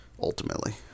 ultimately